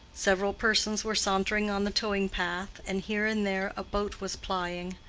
several persons were sauntering on the towing-path, and here and there a boat was plying.